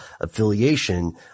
affiliation